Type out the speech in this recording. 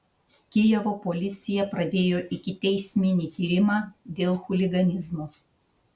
kijevo policija pradėjo ikiteisminį tyrimą dėl chuliganizmo